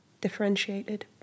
differentiated